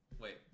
Wait